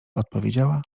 odpowiedziała